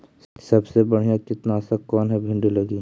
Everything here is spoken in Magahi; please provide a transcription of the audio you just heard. सबसे बढ़िया कित्नासक कौन है भिन्डी लगी?